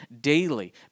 daily